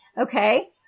Okay